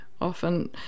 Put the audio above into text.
often